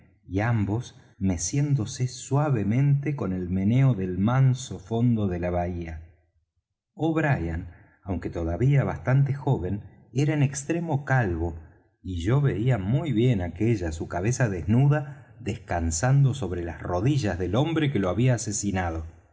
y ambos meciéndose suavemente con el meneo del manso fondo de la bahía o'brien aunque todavía bastante joven era en extremo calvo y yo veía muy bien aquella su cabeza desnuda descansando sobre las rodillas del hombre que lo había asesinado